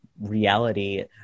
reality